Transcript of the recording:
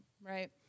right